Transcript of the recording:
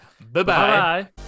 Bye-bye